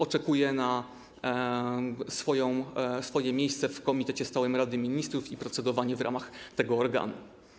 Oczekuje na swoją kolej w Komitecie Stałym Rady Ministrów i procedowanie w ramach tego organu.